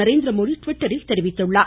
நரேந்திரமோடி ட்விட்டரில் தெரிவித்துள்ளார்